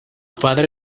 padre